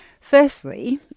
Firstly